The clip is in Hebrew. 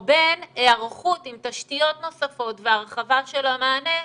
או היערכות עם תשתיות נוספות והרחבה של המענה,